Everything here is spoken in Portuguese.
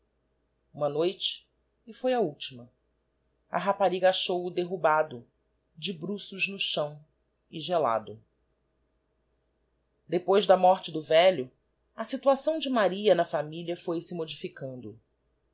uma noite e foi a ultima a rapariga achou-o derrubado de bruços no chão e gelado depois da morte do velho a situação de maria na familia foi se modificando